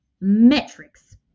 metrics